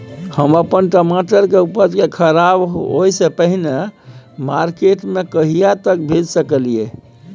हम अपन टमाटर के उपज के खराब होय से पहिले मार्केट में कहिया तक भेज सकलिए?